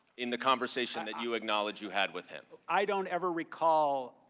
in the conversation and you acknowledged you had with him? i don't ever recall.